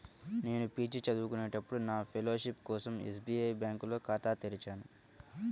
నేను పీజీ చదువుకునేటప్పుడు నా ఫెలోషిప్ కోసం ఎస్బీఐ బ్యేంకులో ఖాతా తెరిచాను